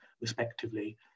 respectively